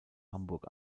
hamburg